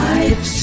Life